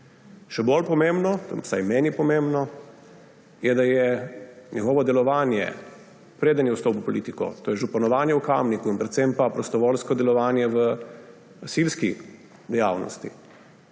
Še bolj pomembno, vsaj meni pomembno, je njegovo delovanje, preden je vstopil v politiko, to je županovanje v Kamniku in predvsem prostovoljsko delovanje v gasilski dejavnosti.